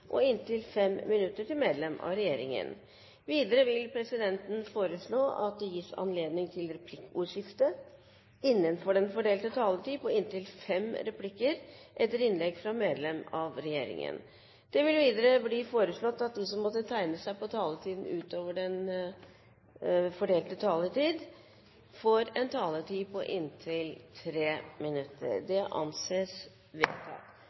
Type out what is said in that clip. og inntil 5 minutter til medlem av regjeringen. Videre vil presidenten foreslå at det gis anledning til replikkordskifte på inntil tre replikker med svar etter innlegg fra medlem av regjeringen innenfor den fordelte taletid. Det blir videre foreslått at de som måtte tegne seg på talerlisten utover den fordelte taletid, får en taletid på inntil 3 minutter. – Det anses vedtatt.